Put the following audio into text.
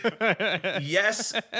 Yes